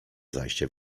zajście